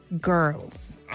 girls